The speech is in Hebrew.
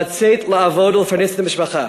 לצאת לעבוד ולפרנס את המשפחה.